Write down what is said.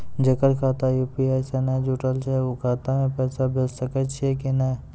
जेकर खाता यु.पी.आई से नैय जुटल छै उ खाता मे पैसा भेज सकै छियै कि नै?